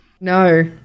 No